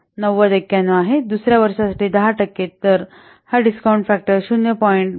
9091 आहे दुसर्या वर्षासाठी 10 टक्के दर हा डिस्काउंट फॅक्टर 0